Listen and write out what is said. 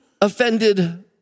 offended